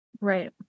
Right